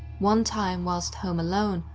one time whilst home alone,